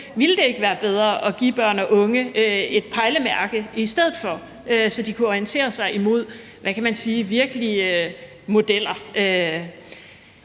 Ville det ikke være bedre at give børn og unge et pejlemærke i stedet, så de – hvad kan man sige – kunne orientere sig imod virkelige modeller?